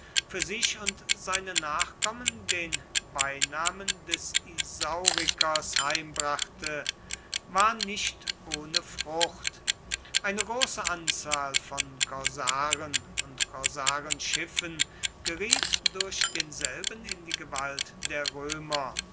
für sich und seine nachkommen den beinamen des isaurikers heimbrachte war nicht ohne frucht eine große anzahl von korsaren und korsarenschiffen geriet durch denselben in die gewalt der römer